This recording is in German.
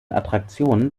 attraktionen